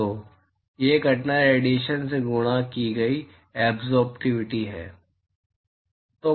तो यह घटना रेडिएशन से गुणा की गई एब्ज़ोर्बटिविटी है